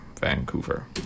Vancouver